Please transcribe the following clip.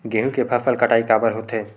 गेहूं के फसल कटाई काबर होथे?